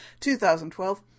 2012